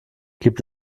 gibt